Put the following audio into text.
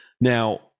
Now